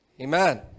Amen